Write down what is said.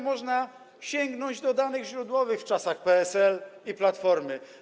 Można sięgnąć do danych źródłowych z czasów PSL i Platformy.